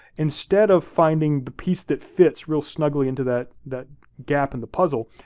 instead of finding the piece that fits real snugly into that that gap in the puzzle,